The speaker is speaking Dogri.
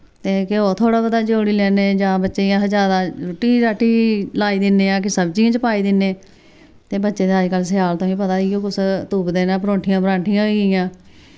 ते घ्यो थोह्ड़ा मता जोड़ी लैने जां बच्चें अस ज्यादा रुट्टी राटी लाई दिन्ने आं कि सब्जियें च पाई दिन्ने ते बच्चें दे अज्जकल स्याल तुसें पता इय्यो कुछ तुपदे न प्रोंठियां प्रांठियां होइयी आं